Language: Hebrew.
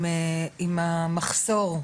אני מסכימה עם הטענה שיש מחסור בחדרי